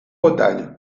bretagne